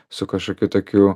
su kažkokiu tokiu